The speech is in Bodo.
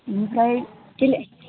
ओमफ्राय दिनै